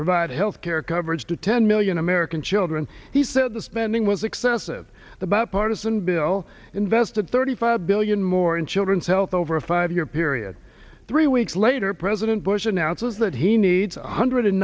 provide health care coverage to ten million american children he said the spending was excessive the bipartisan bill invested thirty five billion more in children's health over a five year period three weeks later president bush announces that he need one hundred